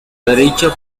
derecha